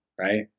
right